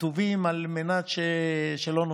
כתובים על מנת שלא נופתע.